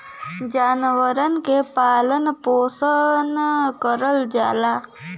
जानवरन के पालन पोसन करल जाला